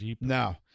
No